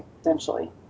essentially